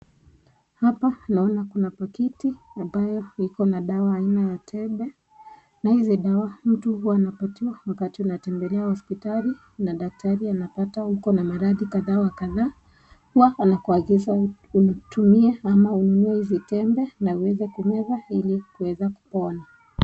Hapa tunaona kuna paketi ambayo iko na dawa aina ya tembe na hizo dawa mtu anapatiwa wakati anatembelea hospitali na daktari anapata uko na maradhi kadha wa kadha huwa anakuagiza umtumie ama ununue hizi tembe na uweze kumeza ili kuweza kupona.